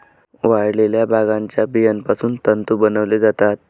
वाळलेल्या भांगाच्या बियापासून तंतू बनवले जातात